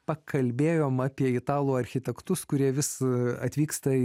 pakalbėjome apie italų architektus kurie visur atvyksta